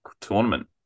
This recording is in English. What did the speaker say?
tournament